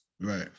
Right